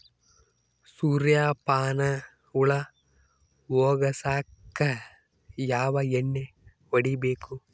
ಸುರ್ಯಪಾನ ಹುಳ ಹೊಗಸಕ ಯಾವ ಎಣ್ಣೆ ಹೊಡಿಬೇಕು?